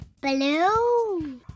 Blue